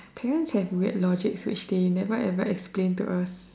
parents have weird logic which they never ever explain to us